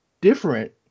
different